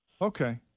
Okay